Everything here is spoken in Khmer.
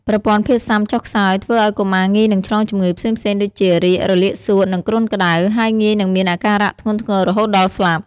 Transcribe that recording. ប្រព័ន្ធភាពស៊ាំចុះខ្សោយ ធ្វើឱ្យកុមារងាយនឹងឆ្លងជំងឺផ្សេងៗដូចជា រាគ រលាកសួត និងគ្រុនក្តៅ ហើយងាយនឹងមានអាការៈធ្ងន់ធ្ងររហូតដល់ស្លាប់។